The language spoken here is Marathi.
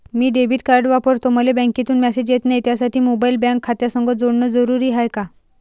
मी डेबिट कार्ड वापरतो मले बँकेतून मॅसेज येत नाही, त्यासाठी मोबाईल बँक खात्यासंग जोडनं जरुरी हाय का?